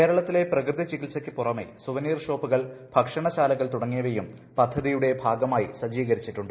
കേരളത്തിലെ പ്രകൃതി ചികിത്സയ്ക്ക് പുറമേ സുവനീർ ഷോപ്പുകൾ ഭക്ഷണശാലകൾ തുടങ്ങിയവയും പദ്ധതിയുടെ ഭാഗമായി സജ്ജീകരിച്ചിട്ടുണ്ട്